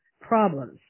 problems